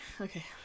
Okay